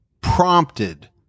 prompted